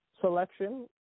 selection